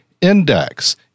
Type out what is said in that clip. index